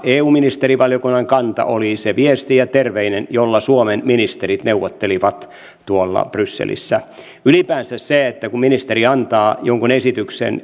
eu ministerivaliokunnan kanta oli se viesti ja terveinen jolla suomen ministerit neuvottelivat brysselissä ylipäänsä kun ministeri antaa jonkun esityksen